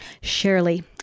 Shirley